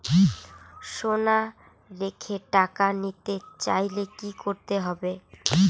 সোনা রেখে টাকা নিতে চাই কি করতে হবে?